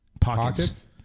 pockets